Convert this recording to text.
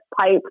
pipe